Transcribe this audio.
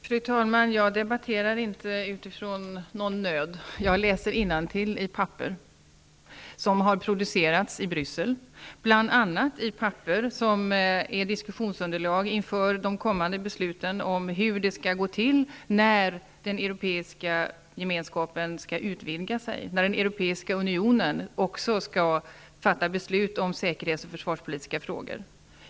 Fru talman! Jag debatterar inte utifrån någon nöd. Jag läser innantill i papper som har producerats i Bryssel. Det gäller bl.a. papper som är diskussionsunderlag inför de kommande besluten om hur det skall gå till när den europeiska gemenskapen skall utvidgas, när den europeiska unionen också skall fatta belslut om säkerhetsfrågor.